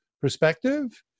perspective